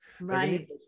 right